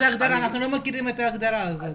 אנחנו לא מכירים את ההגדרה הזאת.